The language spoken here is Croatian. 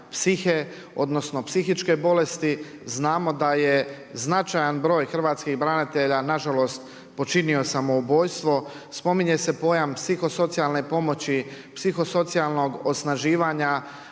odnosno psihičke bolesti. Znamo da je značajan broj hrvatskih branitelja nažalost počinio samoubojstvo, spominje se pojam psiho-socijalne pomoći, psiho-socijalnog osnaživanja.